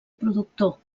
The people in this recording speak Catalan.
productor